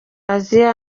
aziya